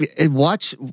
Watch